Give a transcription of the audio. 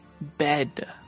bed